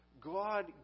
God